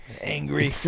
Angry